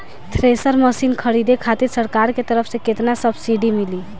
Thresher machine खरीदे खातिर सरकार के तरफ से केतना सब्सीडी मिली?